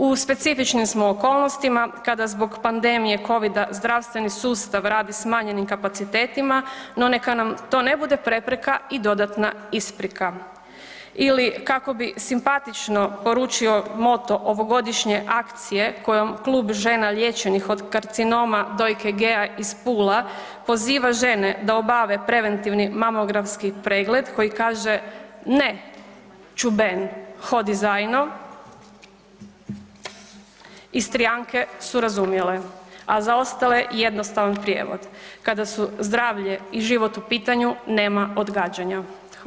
U specifičnim smo okolnostima kada zbog pandemije covida zdravstveni sustav radi smanjenim kapacitetima, no neka nam to ne bude prepreka i dodatna isprika ili kako bi simpatično poručio moto ovogodišnje akcije kojom klub žena liječenih od karcinoma dojke Gea iz Pule poziva žene da obave preventivni mamografski pregled koji kaže ne … [[Govornik se ne razumije]] Istrijanke su razumjele, a za ostale jednostavan prijevod, kada su zdravlje i život u pitanju nema odgađanja.